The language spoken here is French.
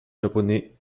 japonais